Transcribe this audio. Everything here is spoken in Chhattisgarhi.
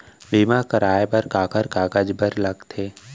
बीमा कराय बर काखर कागज बर लगथे?